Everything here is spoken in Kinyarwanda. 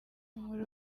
muri